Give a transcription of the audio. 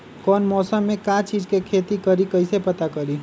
कौन मौसम में का चीज़ के खेती करी कईसे पता करी?